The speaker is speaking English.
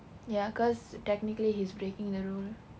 ya cause technically he's breaking the rule